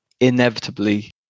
inevitably